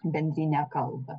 bendrinę kalbą